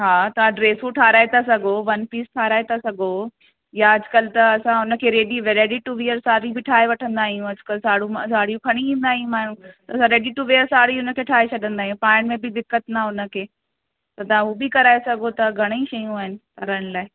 हा तव्हां ड्रेसूं ठाहिराए था सघो वन पीस ठाहिराए था सघो या अॼुकल्ह त असां हुनखे ready wear ready to wear sari बि ठाहे वठंदा आहियूं अॼुकल्ह साड़ू मां साड़ियूं खणी ईंदा आहियूं मायूं रेडी टू वेयर साड़ी हुनखे ठाहे छॾंडा आहियूं पाइण में बि दिक़त न हुनखे त तव्हां हू बि कराए सघो था घणेई शयूं आहिनि करण लाइ